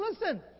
listen